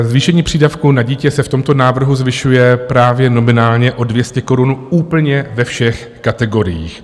Zvýšení přídavku na dítě se v tomto návrhu zvyšuje právě nominálně o 200 korun úplně ve všech kategoriích.